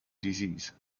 disease